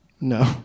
No